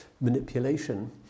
manipulation